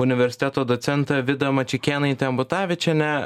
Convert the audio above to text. universiteto docente vida mačeikėnaite ambutavičiene